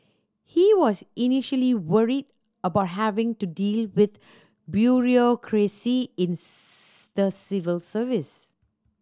he was initially worried about having to deal with bureaucracy in the civil service